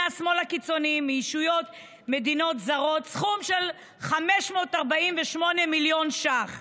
השמאל הקיצוני מישויות מדיניות זרות סכום של 548 מיליון ש"ח.